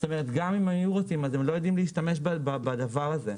כך שגם אם היו רוצים הם לא יודעים להשתמש בדבר הזה.